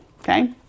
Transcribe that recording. Okay